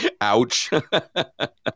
Ouch